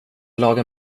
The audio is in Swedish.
laga